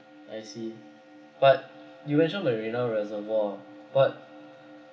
I see but you mentioned marina reservoir but